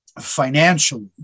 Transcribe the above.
financially